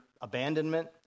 abandonment